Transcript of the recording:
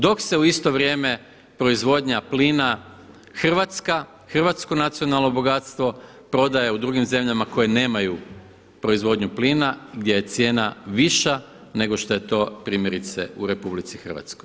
Dok se u isto vrijeme proizvodnja plina hrvatska, hrvatsko nacionalno bogatstvo prodaje u drugim zemljama koje nemaju proizvodnju plina gdje je cijena viša nego što je to primjerice u RH.